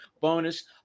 bonus